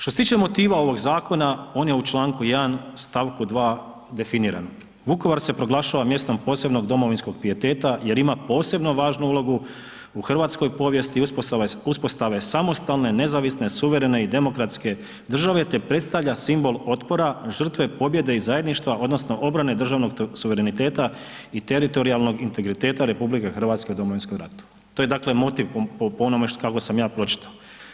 Što se tiče motiva ovog zakona, on je u čl.1. st.2. definiran „Vukovar se proglašava mjestom posebnog domovinskog pijeteta jer ima posebno važnu ulogu u hrvatskoj povijesti i uspostave samostalne, nezavisne, suverene i demokratske države te predstavlja simbol otpora, žrtve pobjede i zajedništva odnosno obrane državnog suvereniteta i teritorijalnog integriteta RH u Domovinskom ratu“, to je dakle motiv po onome kako sam ja pročitao.